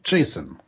Jason